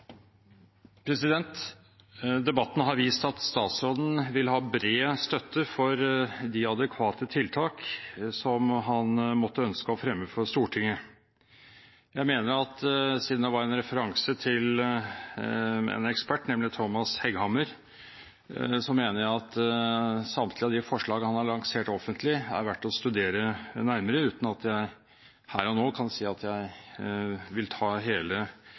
ideologier. Debatten har vist at statsråden vil ha bred støtte for de adekvate tiltak som han måtte ønske å fremme for Stortinget. Siden det var en referanse til en ekspert, nemlig Thomas Hegghammer: Jeg mener at samtlige av de forslag han har lansert offentlig, er verd å studere nærmere, uten at jeg her og nå kan si at jeg vil ta hele